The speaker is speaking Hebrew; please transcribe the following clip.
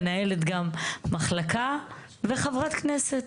מנהלת גם מחלקה וחברת כנסת.